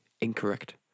incorrect